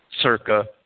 circa